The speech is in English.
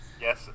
Yes